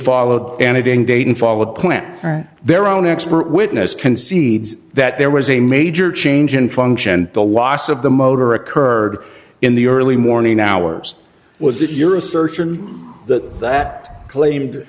follow and it in dayton followed point their own expert witness concedes that there was a major change in function the las of the motor occurred in the early morning hours was that your assertion that that claimed